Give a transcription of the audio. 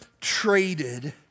traded